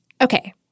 Okay